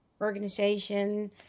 organization